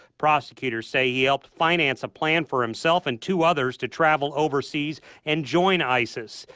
prosecutors say he helped finance a plan for himself and two others to travel overseas and join isis.